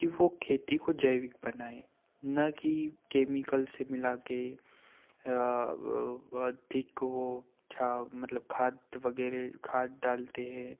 कि वो खेती को जैविक बनाए न कि केमिकल से मिला के मतलब खाद वगैरह खाद डालते हैं